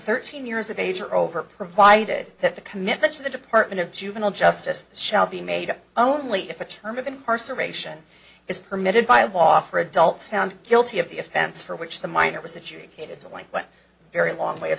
thirteen years of age or over provided that the commitments of the department of juvenile justice shall be made only if the charm of incarceration is permitted by law for adults found guilty of the offense for which the minor was adjudicated to life but very long way of